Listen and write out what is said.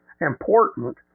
important